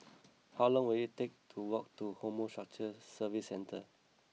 how long will it take to walk to Horticulture Services Centre